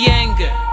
anger